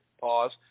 pause